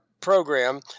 program